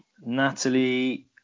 Natalie